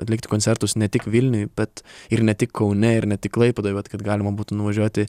atlikti koncertus ne tik vilniuj bet ir ne tik kaune ir ne tik klaipėdoj vat kad galima būtų nuvažiuoti